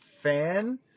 fan